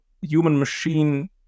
human-machine